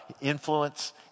influence